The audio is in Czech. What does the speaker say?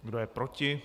Kdo je proti?